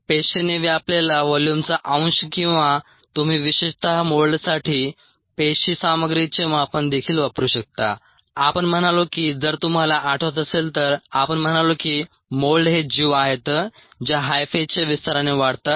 पेशींनी व्यापलेला व्होल्यूमचा अंश किंवा तुम्ही विशेषत मोल्डसाठी पेशी सामग्रीचे मापन देखील वापरू शकता आपण म्हणालो की जर तुम्हाला आठवत असेल तर आपण म्हणालो की मोल्ड हे जीव आहेत जे हायफेच्या विस्ताराने वाढतात